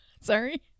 sorry